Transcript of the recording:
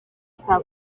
saa